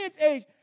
age